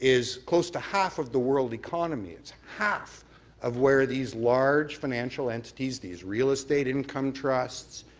is close to half of the world economy, it's half of where these large financial entities, these real estate income trusts,